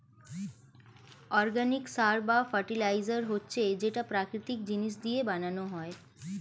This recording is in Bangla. অর্গানিক সার বা ফার্টিলাইজার হচ্ছে যেটা প্রাকৃতিক জিনিস দিয়ে বানানো হয়